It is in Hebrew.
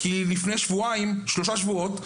כיוון שלפני שלושה שבועות,